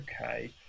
Okay